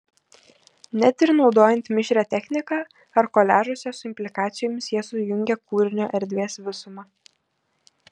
net ir naudojant mišrią techniką ar koliažuose su implikacijomis jie sujungia kūrinio erdvės visumą